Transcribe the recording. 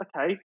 Okay